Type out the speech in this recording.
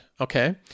Okay